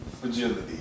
fragility